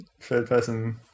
third-person